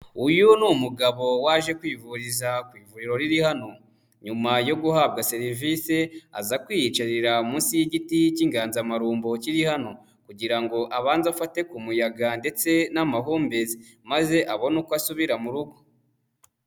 Uyu ni umugabo waje kwivuriza ku ivuriro riri hano. Nyuma yo guhabwa serivisi aza kwiyicarira munsi y'igiti cy'inganzamarumbo kiri hano kugira ngo abanze afate ku muyaga ndetse n'amahumbezi, maze abone uko asubira mu rugo.